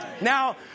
Now